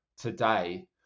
today